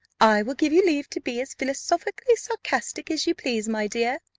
i will give you leave to be as philosophically sarcastic as you please, my dear,